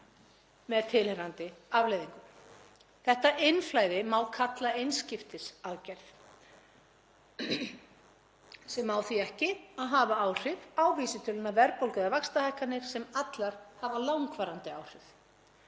með tilheyrandi afleiðingum. Þetta innflæði má kalla einskiptisaðgerð sem á því ekki að hafa áhrif á vísitöluna, verðbólgu eða vaxtahækkanir sem allar hafa langvarandi áhrif.